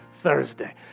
Thursday